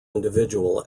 individual